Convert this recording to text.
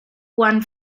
one